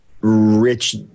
rich